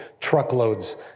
truckloads